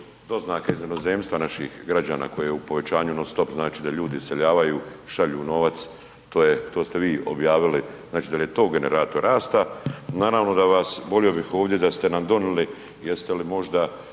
doznake iz inozemstva naših građana koje je u povećanju non stop, znači da ljudi iseljavaju, šalju novac, to ste vi objavili, znači da li je to generator rasta? Naravno da bih volio da ste nam donijeli, jeste li možda